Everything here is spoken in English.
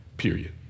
period